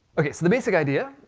okay, so the basic idea.